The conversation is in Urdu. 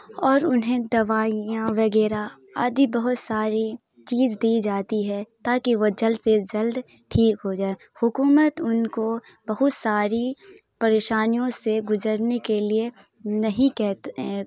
اور انہیں دوائیاں وغیرہ آدی بہت ساری چیز دی جاتی ہے تا کہ وہ جلد سے جلد ٹھیک ہو جائے حکومت ان کو بہت ساری پریشانیوں سے گزرنے کے لیے نہیں کہتے